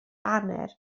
hanner